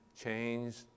changed